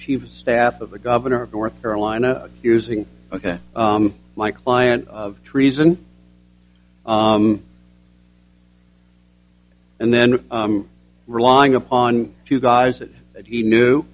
chief of staff of the governor of north carolina using ok my client of treason and then relying upon two guys that he knew